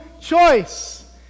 choice